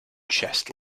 chest